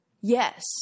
Yes